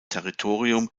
territorium